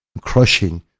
crushing